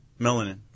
Melanin